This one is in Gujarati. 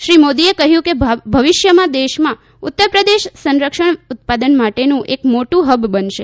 શ્રી મોદીએ કહ્યું કે ભવિષ્યમાં દેશમાં ઉત્તરપ્રદેશ સંરક્ષણ ઉત્પાદન માટેનું એક મોટું હબ બનશે